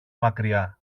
μακριά